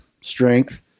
strength